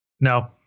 No